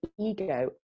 ego